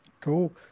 cool